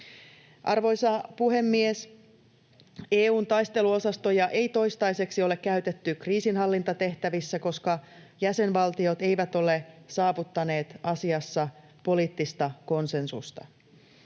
Arvoisa puhemies! EU:n taisteluosastoja ei toistaiseksi ole käytetty kriisinhallintatehtävissä, koska jäsenvaltiot eivät ole saavuttaneet asiassa poliittista konsensusta.